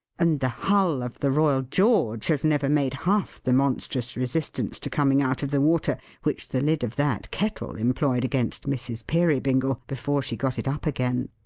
and the hull of the royal george has never made half the monstrous resistance to coming out of the water, which the lid of that kettle employed against mrs. peerybingle, before she got it up again.